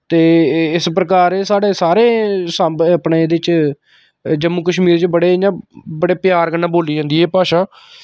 ते इस प्रकार एह् साढ़े सारे साम्बै अपने एह्दे च जम्मू कश्मीर च बड़े इ'यां बड़े प्यार कन्नै बोल्ली जंदी ऐ एह् भाशा